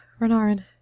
Renarin